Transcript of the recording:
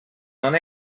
non